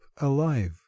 alive